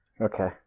Okay